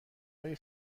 های